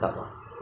yes